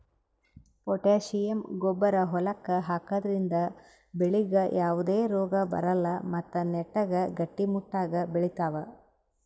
potassium ಗೊಬ್ಬರ್ ಹೊಲಕ್ಕ್ ಹಾಕದ್ರಿಂದ ಬೆಳಿಗ್ ಯಾವದೇ ರೋಗಾ ಬರಲ್ಲ್ ಮತ್ತ್ ನೆಟ್ಟಗ್ ಗಟ್ಟಿಮುಟ್ಟಾಗ್ ಬೆಳಿತಾವ್